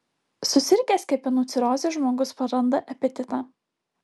susirgęs kepenų ciroze žmogus praranda apetitą